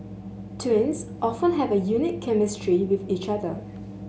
twins often have a unique chemistry with each other